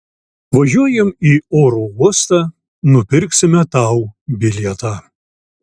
važiuojam į oro uostą nupirksime tau bilietą